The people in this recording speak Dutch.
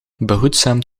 behoedzaam